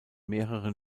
mehreren